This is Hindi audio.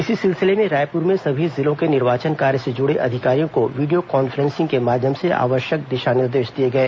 इसी सिलसिले में रायपुर में सभी जिलों के निर्वाचन कार्य से जुड़े अधिकारियों को वीडियो कान्फ्रेंसिंग के माध्यम से आवश्यक दिशा निर्देश दिए गए